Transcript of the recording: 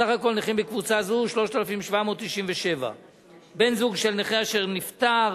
סך כל הנכים בקבוצה זו הוא 3,797. בן-זוג של נכה אשר נפטר,